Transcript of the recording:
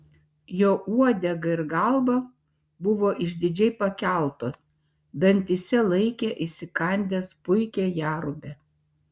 jo uodega ir galva buvo išdidžiai pakeltos dantyse laikė įsikandęs puikią jerubę